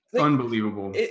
unbelievable